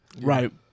Right